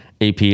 AP